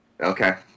Okay